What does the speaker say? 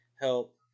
help